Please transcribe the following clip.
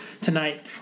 tonight